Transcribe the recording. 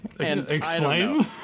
Explain